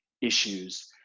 issues